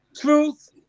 truth